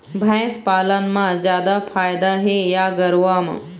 भैंस पालन म जादा फायदा हे या गरवा म?